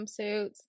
swimsuits